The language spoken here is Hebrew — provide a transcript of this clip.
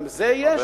גם זה יהיה.